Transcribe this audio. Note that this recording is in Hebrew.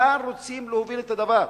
לאן אתם רוצים להוביל את הדבר?